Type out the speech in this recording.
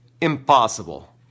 impossible